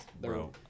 bro